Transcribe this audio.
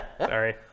sorry